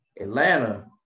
Atlanta